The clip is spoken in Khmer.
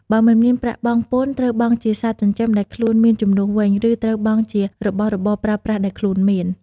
បើមិនមានប្រាក់បង់ពន្ធត្រូវបង់ជាសត្វចិញ្ចឹមដែលខ្លួនមានជំនួសវិញ ឬ ត្រូវបង់ជារបស់របរប្រើប្រាសដែលខ្លួនមាន។